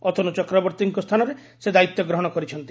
ଅତନୁ ଚକ୍ରବର୍ତ୍ତୀଙ୍କ ସ୍ଥାନରେ ସେ ଦାୟିତ୍ୱ ଗ୍ରହଣ କରିଛନ୍ତି